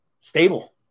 stable